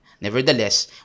Nevertheless